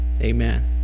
amen